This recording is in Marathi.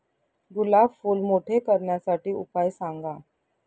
गुलाब फूल मोठे करण्यासाठी उपाय सांगा?